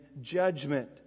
judgment